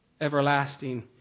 everlasting